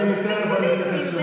אני תכף אתייחס למה שאת עשית,